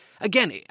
again